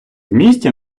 місті